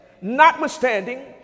Notwithstanding